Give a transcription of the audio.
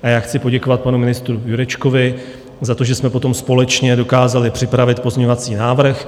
A já chci poděkovat panu ministru Jurečkovi za to, že jsme potom společně dokázali připravit pozměňovací návrh.